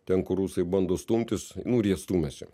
ten kur rusai bando stumtis nu ir jie stumiasi